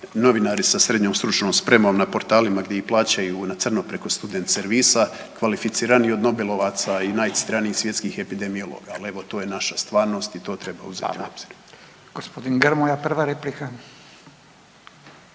novinari sa srednjom stručnom spremom na portalima gdje ih plaćaju na crno preko student servisa kvalificiraniji od nobelovaca i najcitiranijih svjetskih epidemiologa, ali evo to je naša stvarnost i to treba uzeti u obzir.